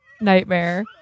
Nightmare